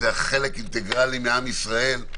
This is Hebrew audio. זה היה חלק אינטגרלי מעם ישראל.